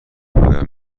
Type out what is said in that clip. پایان